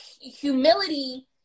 Humility